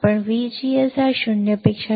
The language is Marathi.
आपण VGS 0